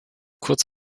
kurz